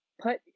put